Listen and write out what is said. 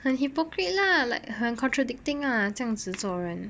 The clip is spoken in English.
很 hypocrite lah like her contradicting ah 这样子做人